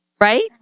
right